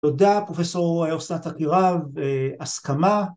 ‫תודה, פרופ' אסנת עקירב, הסכמה.